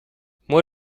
moi